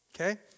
Okay